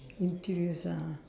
introduce ah